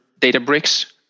Databricks